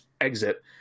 exit